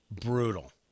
brutal